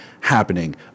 happening